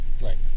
right